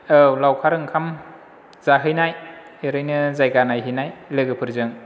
औ लावखार ओंखाम जाहैनाय ओरैनो जायगा नायहैनाय लोगोफोरजों